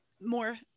more